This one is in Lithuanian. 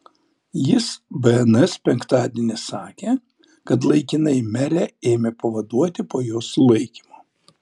jis bns penktadienį sakė kad laikinai merę ėmė pavaduoti po jos sulaikymo